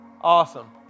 Awesome